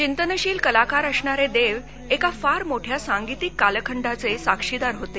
चिन्तनशील कलाकार असणारे देव एका फार मोठ्या सांगीतिक कालखंडाचे साक्षीदार होते